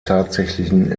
tatsächlichen